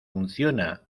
funciona